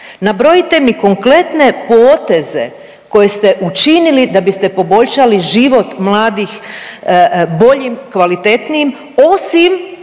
Nabrojite mi konkretne poteze koje ste učinili da biste poboljšali život mladih boljim, kvalitetnijim, osim,